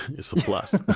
it's a plus